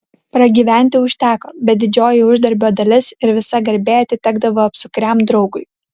pragyventi užteko bet didžioji uždarbio dalis ir visa garbė atitekdavo apsukriam draugui